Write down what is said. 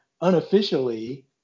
unofficially